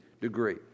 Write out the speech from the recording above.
degree